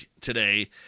today